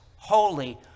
Holy